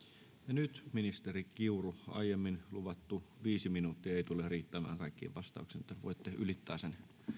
nyt ministeri kiuru aiemmin luvattu viisi minuuttia ei tule riittämään kaikkiin vastauksiin mutta voitte ylittää sen